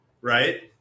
Right